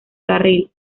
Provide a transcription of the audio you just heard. carril